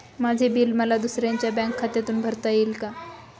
माझे बिल मला दुसऱ्यांच्या बँक खात्यातून भरता येईल का?